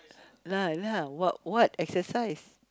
lah lah what what exercise